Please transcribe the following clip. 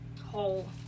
hole